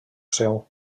seu